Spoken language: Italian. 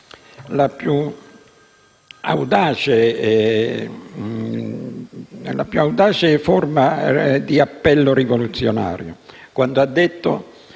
la più audace forma di appello rivoluzionario, quando disse